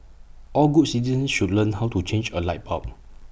all good citizens should learn how to change A light bulb